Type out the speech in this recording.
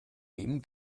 wem